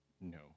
no